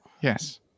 Yes